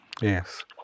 Yes